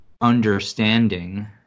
understanding